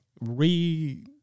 Re